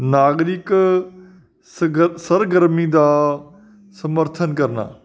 ਨਾਗਰਿਕ ਸ ਸਰਗਰਮੀ ਦਾ ਸਮਰਥਨ ਕਰਨਾ